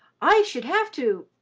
i should have to,